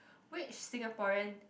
which Singaporean